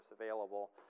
available